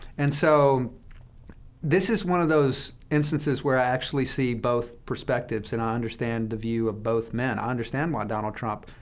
and so this is one of those instances where i actually see both perspectives, and i understand the view of both men. i understand why donald trump,